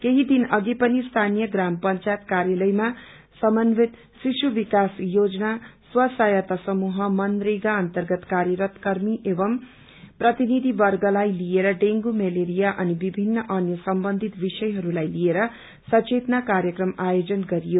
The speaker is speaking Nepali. केही दिन अघि पनि स्थानीय प्राम पुचायत काय्पलयमा समन्वित श्रिशु विकास योजना स्व सहायता समूह मनरेगा अर्न्तगत काय्ररत कर्मी एवं प्रतिनिधि वर्गलाई लिएर डेंगूमलेरिया अनि विभिन्न अन्य सम्बन्धित विषयहरूलाई लिए सचेतना कार्यक्रम आयोजन गरियो